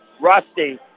rusty